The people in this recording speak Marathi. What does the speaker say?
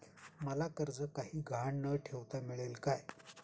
मला कर्ज काही गहाण न ठेवता मिळेल काय?